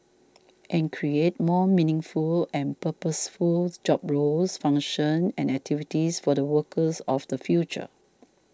and create more meaningful and purposeful job roles functions and activities for the workers of the future